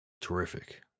Terrific